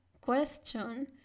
question